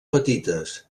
petites